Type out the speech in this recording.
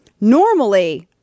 normally